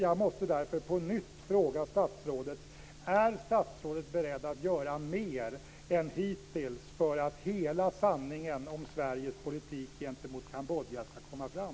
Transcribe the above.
Jag måste därför på nytt fråga statsrådet: Är statsrådet beredd att göra mer än hittills för att hela sanningen om Sveriges politik gentemot Kambodja ska komma fram?